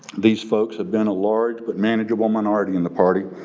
these folks have been a large but manageable minority in the party,